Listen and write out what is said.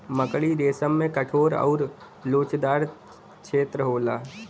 मकड़ी रेसम में कठोर आउर लोचदार छेत्र होला